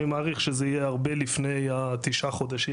אני מעריך שזה יהיה לפני תשעת החודשים